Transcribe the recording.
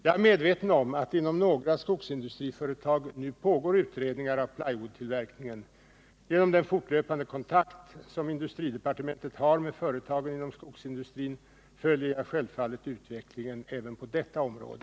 Jag är medveten om att det inom några skogsindustriföretag nu pågår utredningar av plywoodtillverkningen. Genom den fortlöpande kontakt som industridepartementet har med företagen inom skogsindustrin följer jag självfallet utvecklingen även på detta område.